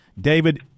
David